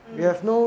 mm